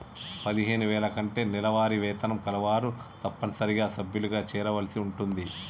పదిహేను వేల కంటే నెలవారీ వేతనం కలవారు తప్పనిసరిగా సభ్యులుగా చేరవలసి ఉంటుంది